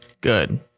Good